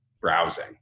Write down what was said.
browsing